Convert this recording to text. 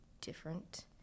different